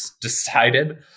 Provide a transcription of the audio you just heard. decided